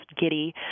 giddy